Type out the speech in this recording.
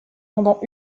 pendant